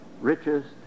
richest